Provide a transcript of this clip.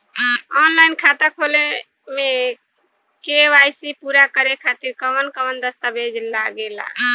Online खाता खोले में के.वाइ.सी पूरा करे खातिर कवन कवन दस्तावेज लागे ला?